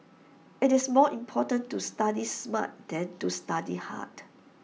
IT is more important to study smart than to study hard